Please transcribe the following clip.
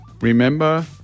remember